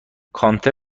کانتر